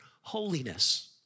holiness